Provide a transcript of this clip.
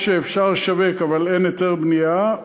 או שאפשר לשווק אבל אין היתר בנייה,